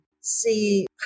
see